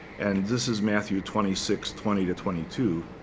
and this is matthew twenty six twenty to twenty two.